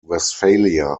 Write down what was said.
westphalia